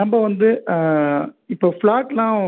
நம்ப வந்து இப்போ ஃப்ளாட்லாம்